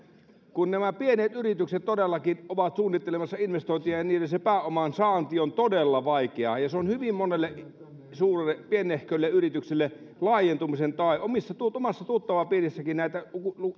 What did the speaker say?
kun nämä pienet yritykset todellakin ovat suunnittelemassa investointeja niin niille se pääoman saanti on todella vaikeaa ja se on hyvin monelle pienehkölle yritykselle laajentumisen este omassa tuttavapiirissäkin näitä